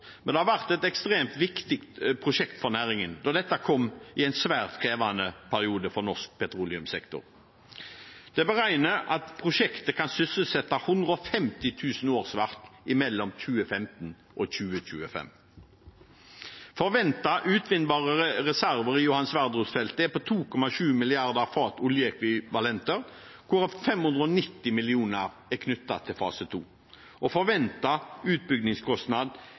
men det har vært et ekstremt viktig prosjekt for næringen, da dette kom i en svært krevende periode for norsk petroleumssektor. Det er beregnet at prosjektet kan ha en sysselsettingsvirkning på 150 000 årsverk mellom 2015 og 2025. Forventede utvinnbare reserver i Johan Sverdrup-feltet er på 2,7 milliarder fat oljeekvivalenter, hvorav 590 millioner fat oljeekvivalenter er knyttet til fase 2. Forventet utbyggingskostnad